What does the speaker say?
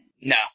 No